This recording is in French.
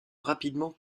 rapidement